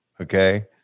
okay